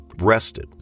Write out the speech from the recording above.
rested